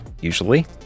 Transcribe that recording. usually